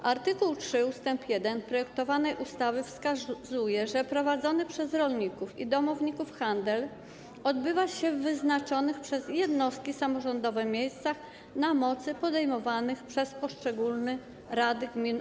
W art. 3 ust. 1 projektowanej ustawy wskazuje się, że prowadzony przez rolników i domowników handel odbywa się w wyznaczonych przez jednostki samorządowe miejscach na mocy uchwał podejmowanych przez poszczególne rady gmin.